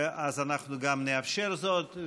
אז אנחנו נאפשר גם זאת.